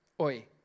oi